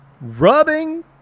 rubbing